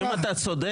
אם אתה צודק,